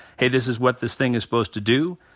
hey this is what this thing is supposed to do.